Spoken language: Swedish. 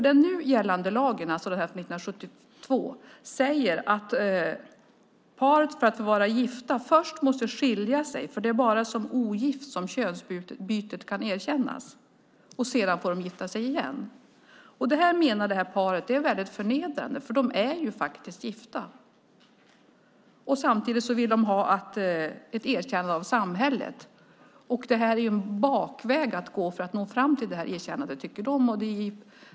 Den nu gällande lagen, alltså den från 1972, säger att paret för att få vara gifta först måste skilja sig eftersom könsbyte kan erkännas bara för den som är ogift. Sedan får de gifta sig igen. Paret menar att detta är förnedrande, för de är ju faktiskt gifta. Samtidigt vill de ha ett erkännande av samhället. Detta är en bakväg att gå för att nå fram till erkännandet, tycker de.